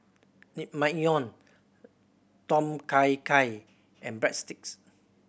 Naengmyeon Tom Kha Gai and Breadsticks